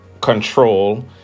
control